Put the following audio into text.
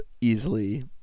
easily